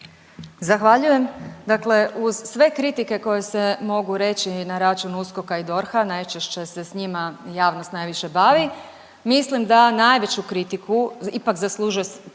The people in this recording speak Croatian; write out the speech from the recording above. Zahvaljujem. Dakle uz sve kritike koje se mogu reći na račun USKOK-a i DORH-a najčešće se sa njima javnost najviše bavi. Mislim da najveću kritiku ipak zaslužuje